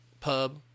pub